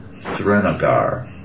Srinagar